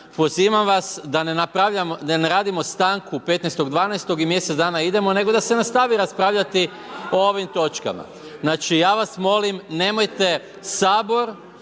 pozivam vas da ne radimo stanku 15.12. i mjesec dana idemo nego da se nastavi raspravljati i ovim točkama. Znači ja vas molim, nemojte Sabor,